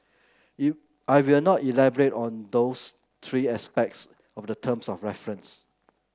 I will now elaborate on those three aspects of the terms of reference